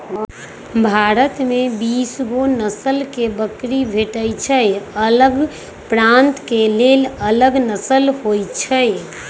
भारत में बीसगो नसल के बकरी भेटइ छइ अलग प्रान्त के लेल अलग नसल होइ छइ